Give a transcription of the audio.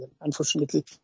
unfortunately